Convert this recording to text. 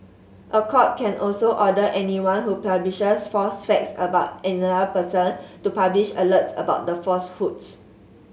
a court can also order anyone who publishes false facts about another person to publish alerts about the falsehoods